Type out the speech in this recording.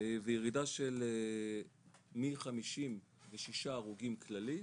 וירידה של מ- 56 הרוגים כללי,